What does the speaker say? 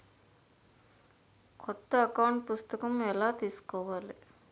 కొత్త అకౌంట్ పుస్తకము ఎలా తీసుకోవాలి?